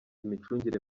imicungire